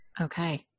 okay